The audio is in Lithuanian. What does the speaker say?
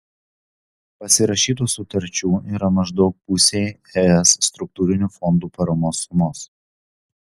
pasirašytų sutarčių yra maždaug pusei es struktūrinių fondų paramos sumos